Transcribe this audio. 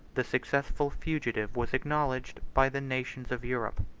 the successful fugitive was acknowledged by the nations of europe.